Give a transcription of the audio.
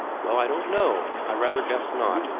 well, i don't know i rather guess not,